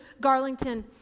Garlington